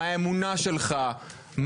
מה האמונה שלך,